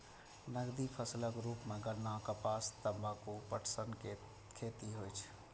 नकदी फसलक रूप मे गन्ना, कपास, तंबाकू, पटसन के खेती होइ छै